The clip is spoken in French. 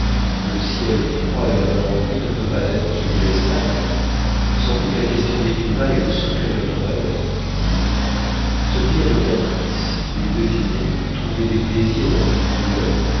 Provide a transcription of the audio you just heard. le ciel froid de la normandie ne peut pas être celui de l'espagne sans doute la question des climats est le secret de notre malheur se plier à nos caprices les deviner trouver des plaisirs dans une douleur